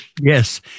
Yes